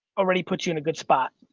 already puts you in a good spot.